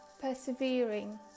persevering